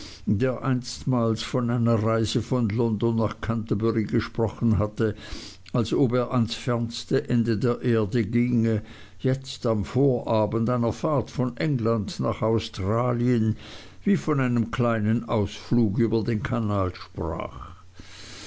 der einstmals von einer reise von london nach canterbury gesprochen hatte als ob er ans fernste ende der erde ginge jetzt am vorabend einer fahrt von england nach australien wie von einem kleinen ausflug über den kanal sprach